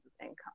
income